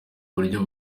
buryo